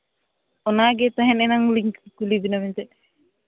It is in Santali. ᱚᱱᱟᱜᱮ ᱛᱟᱦᱮᱱ ᱮᱱᱟᱝᱞᱤᱧ ᱠᱩᱞᱤ ᱵᱮᱱᱟ ᱢᱮᱱᱛᱮ